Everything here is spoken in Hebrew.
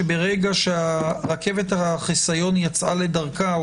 שברגע שרכבת החיסיון יצאה לדרכה,